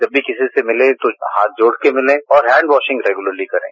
जब भी किसी से मिले तो हाथ जोड़कर मिलें और हैंडवाशिंग रेगुलरली करें